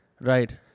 Right